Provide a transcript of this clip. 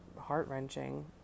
heart-wrenching